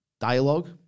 dialogue